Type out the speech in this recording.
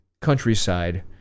countryside